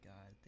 God